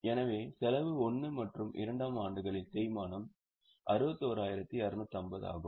எனவே செலவு 1 மற்றும் 2 ஆம் ஆண்டுகளில் தேய்மானம் 61250 ஆகும்